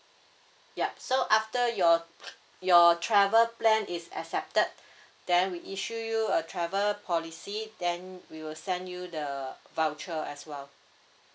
yup so after your your travel plan is accepted then we issue you a travel policy then we will send you the voucher as well